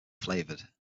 flavoured